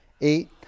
eight